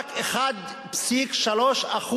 שרק 1.3%